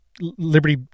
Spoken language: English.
Liberty